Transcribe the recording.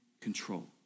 control